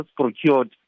procured